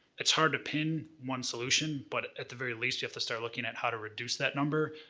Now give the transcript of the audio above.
it's hard to pin one solution, but at the very least, you have to start looking at how to reduce that number,